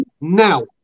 now